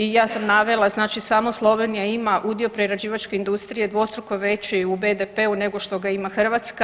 I ja sam navela znači samo Slovenija ima udio prerađivačke industrije dvostruko veći u BDP-u nego što ga ima Hrvatske.